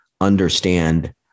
understand